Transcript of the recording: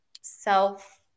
self